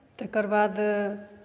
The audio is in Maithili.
तकरबाद